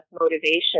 motivation